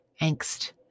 angst